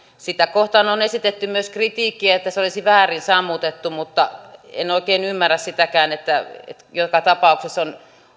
sitä kohtaan on esitetty myös kritiikkiä että se olisi väärin sammutettu mutta en oikein ymmärrä sitäkään koska joka tapauksessa